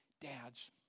Dads